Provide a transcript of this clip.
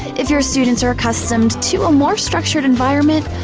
if your students are accustomed to a more structured environment,